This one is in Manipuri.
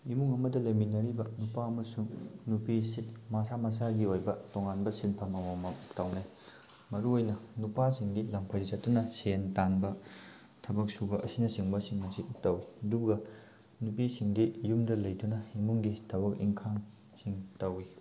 ꯏꯃꯨꯡ ꯑꯃꯗ ꯂꯩꯃꯤꯟꯅꯔꯤꯕ ꯅꯨꯄꯥ ꯑꯃꯁꯨꯡ ꯅꯨꯄꯤꯁꯤ ꯃꯁꯥ ꯃꯁꯥꯒꯤ ꯑꯣꯏꯕ ꯇꯣꯉꯥꯟꯕ ꯁꯤꯟꯐꯝ ꯑꯃꯃꯝ ꯇꯧꯅꯩ ꯃꯔꯨ ꯑꯣꯏꯅ ꯅꯨꯄꯥꯁꯤꯡꯗꯤ ꯂꯪꯐꯩ ꯆꯠꯇꯨꯅ ꯁꯦꯟ ꯇꯥꯟꯕ ꯊꯕꯛ ꯁꯨꯕ ꯑꯁꯤꯅꯆꯤꯡꯕꯁꯤꯡ ꯑꯁꯤ ꯇꯧꯋꯤ ꯑꯗꯨꯒ ꯅꯨꯄꯤꯁꯤꯡꯗꯤ ꯌꯨꯝꯗ ꯂꯩꯗꯨꯅ ꯏꯃꯨꯡꯒꯤ ꯊꯕꯛ ꯏꯪꯈꯥꯡꯁꯤꯡ ꯇꯧꯋꯤ